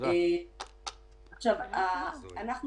הדבר היחיד שהיה בסמכות הוועדה.